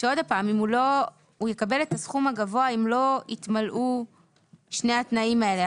שהוא יקבל את הסכום הגבוה אם לא התמלאו שני התנאים האלה,